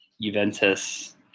Juventus